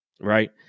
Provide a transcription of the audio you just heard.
Right